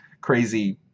crazy